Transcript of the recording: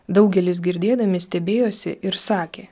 daugelis girdėdami stebėjosi ir sakė